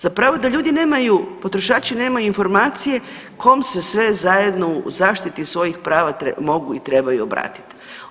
Zapravo da ljudi nemaju, potrošači nemaju informacije kom se sve zajedno u zaštiti svojih prava mogu i trebaju obratiti.